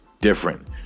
different